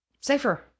safer